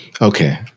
Okay